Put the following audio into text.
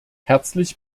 herzlich